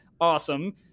awesome